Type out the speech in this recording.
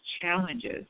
challenges